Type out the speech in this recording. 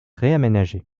réaménagée